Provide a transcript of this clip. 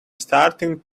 starting